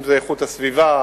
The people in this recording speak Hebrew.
אם זה איכות הסביבה,